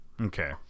Okay